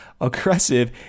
aggressive